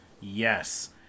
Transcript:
yes